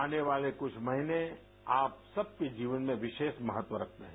आने वाले कुछ महीने आप सब के जीवन में विशेष महत्व रखते हैं